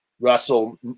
Russell